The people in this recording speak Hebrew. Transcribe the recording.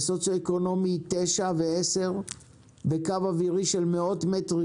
וסוציואקונומי 9 ו-10 בקו אווירי של מאות מטרים